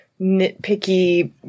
nitpicky